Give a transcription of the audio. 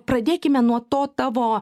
pradėkime nuo to tavo